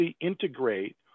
integrate